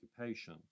occupation